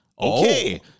Okay